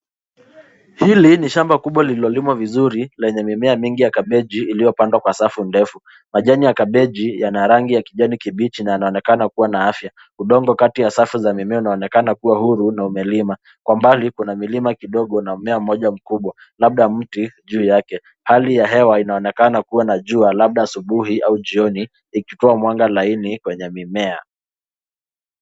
Hili ni shamba kubwa lililolimwa vizuri lenye mimea mingi ya kabichi iliyopandwa kwa safu ndefu. Majani ya kabechi yana rangi ya kijani kibichi na yanaonekana kuwa na afya. Udongo kati ya safu za mimea unaonekana kuwa huru na umelima. . Kwa mbali kuna milima kidogo na mmea mmoja mkubwa, labda mti juu yake. Hali ya hewa inaonekana kuwa na jua labda asubuhi au jioni ikitoa mwanga laini kwenye mimea.